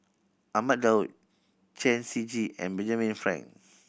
Ahmad Daud Chen Shiji and Benjamin Frank